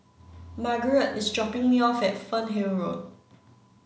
Margarette is dropping me off at Fernhill Road